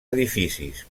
edificis